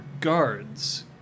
guards